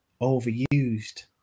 overused